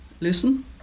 listen